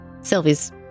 Sylvie's